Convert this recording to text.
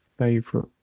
favorite